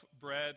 bread